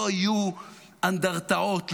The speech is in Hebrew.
לא יהיו אנדרטאות לזכרו,